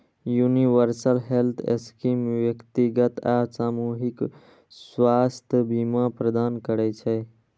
universal health scheme व्यक्तिगत आ सामूहिक स्वास्थ्य बीमा प्रदान करै छै